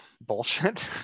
bullshit